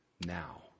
now